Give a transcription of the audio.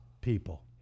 people